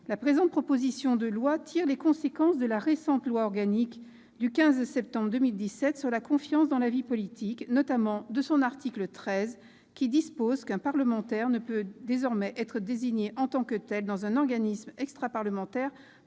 la présente proposition de loi tire les conséquences de la récente loi organique du 15 septembre 2017 pour la confiance dans la vie politique, notamment de son article 13 qui dispose qu'un parlementaire ne peut désormais être désigné, en tant que tel, dans un organisme extraparlementaire